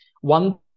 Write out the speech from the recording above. one